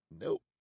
nope